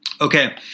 Okay